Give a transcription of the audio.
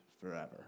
forever